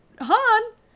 Han